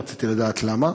רציתי לדעת למה,